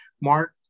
Mark